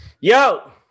Yo